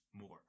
more